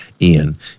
Ian